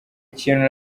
ikintu